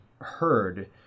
heard